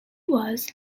was